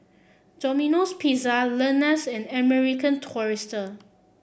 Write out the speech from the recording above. Domino Pizza Lenas and American Tourister